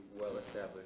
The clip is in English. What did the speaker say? well-established